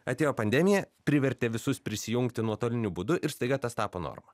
atėjo pandemija privertė visus prisijungti nuotoliniu būdu ir staiga tas tapo norma